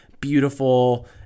beautiful